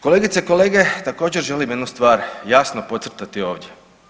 Kolegice i kolege također želim jednu stvar jasno podcrtati ovdje.